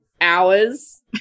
hours